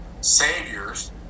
saviors